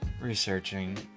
researching